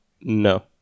No